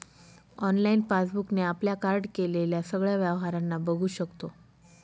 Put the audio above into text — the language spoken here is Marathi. ऑनलाइन पासबुक ने आपल्या कार्ड केलेल्या सगळ्या व्यवहारांना बघू शकतो